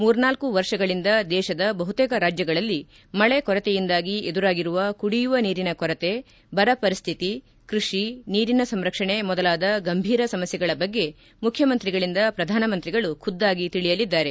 ಮೂರ್ನಾಲ್ತ ವರ್ಷಗಳಿಂದ ದೇಶದ ಬಹುತೇಕ ರಾಜ್ಯಗಳಲ್ಲಿ ಮಳೆ ಕೊರತೆಯಿಂದಾಗಿ ಎದುರಾಗಿರುವ ಕುಡಿಯುವ ನೀರಿನ ಕೊರತೆ ಬರ ಪರಿಸ್ಥಿತಿ ಕೃಷಿ ನೀರಿನ ಸಂರಕ್ಷಣೆ ಮೊದಲಾದ ಗಂಭೀರ ಸಮಸ್ಥೆಗಳ ಬಗ್ಗೆ ಮುಖ್ಯಮಂತ್ರಿಗಳಿಂದ ಪ್ರಧಾನಮಂತ್ರಿಗಳು ಖುದ್ದಾಗಿ ತಿಳಿಯಲಿದ್ದಾರೆ